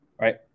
Right